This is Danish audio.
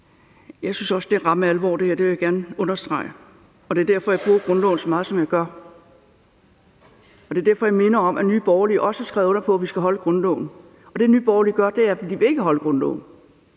Jeg synes også, det er ramme alvor. Det vil jeg gerne understrege, og det er derfor, jeg bruger grundloven så meget, som jeg gør. Og det er derfor, jeg minder om, at Nye Borgerlige også har skrevet under på, at vi skal overholde grundloven. Det, Nye Borgerlige gør, er ikke at ville overholde grundloven.